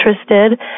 interested